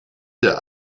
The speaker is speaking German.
der